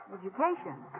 Education